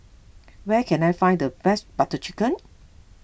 where can I find the best Butter Chicken